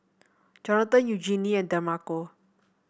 Jonathan Eugenie and Demarco